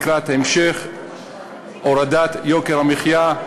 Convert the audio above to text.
לקראת המשך הורדת יוקר המחיה.